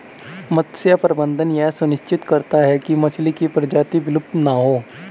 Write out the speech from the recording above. मत्स्य प्रबंधन यह सुनिश्चित करता है की मछली की प्रजाति विलुप्त ना हो